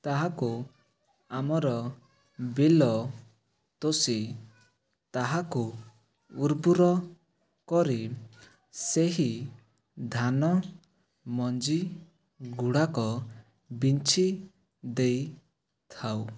ତାହାକୁ ଆମର ବିଲ ତୋଷି ତାହାକୁ ଉର୍ବର କରି ସେହି ଧାନ ମଞ୍ଜି ଗୁଡ଼ାକ ବିଞ୍ଚି ଦେଇଥାଉ